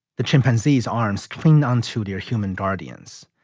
the chimpanzee's arms cling on to their human guardians.